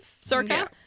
circa